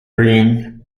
green